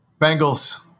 Bengals